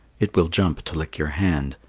it will jump to lick your hand.